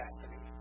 destiny